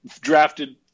Drafted